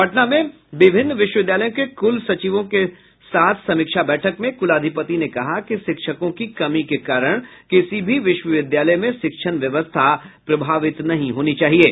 पटना में विभिन्न विश्वविद्यालयों के कूल सचिवों के साथ समीक्षा बैठक में कुलाधिपति ने कहा कि शिक्षकों की कमी के कारण किसी भी विश्वविद्यालयों में शिक्षण व्यवस्था प्रभावित नहीं होनी चाहिये